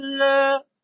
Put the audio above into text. love